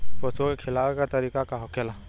पशुओं के खिलावे के का तरीका होखेला?